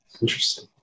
Interesting